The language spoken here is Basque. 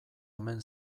omen